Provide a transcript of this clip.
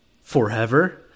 forever